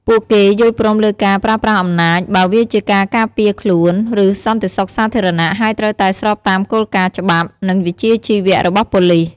ពួកគេ យល់ព្រមលើការប្រើប្រាស់អំណាច បើវាជាការការពារខ្លួន ឬសន្តិសុខសាធារណៈ ហើយត្រូវតែស្របតាមគោលការណ៍ច្បាប់ និងវិជ្ជាជីវៈរបស់ប៉ូលីស។